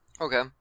Okay